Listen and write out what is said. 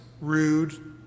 rude